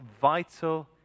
vital